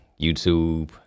YouTube